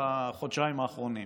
בחודשיים האחרונים.